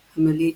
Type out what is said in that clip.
"המליץ",